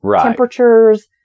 temperatures